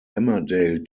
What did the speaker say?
emmerdale